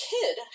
kid